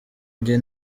njye